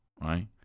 right